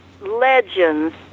legends